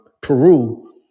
Peru